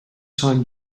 time